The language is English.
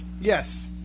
Yes